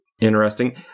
interesting